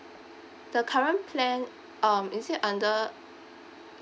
the current plan um is it under